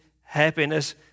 happiness